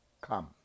come